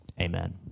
Amen